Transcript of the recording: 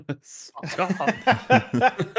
Stop